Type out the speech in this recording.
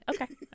Okay